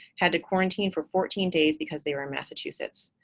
had to quarantine for fourteen days because they were in massachusetts.